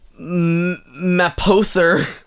Mapother